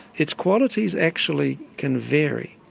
its qualities actually can vary,